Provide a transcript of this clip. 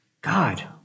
God